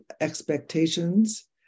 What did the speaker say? expectations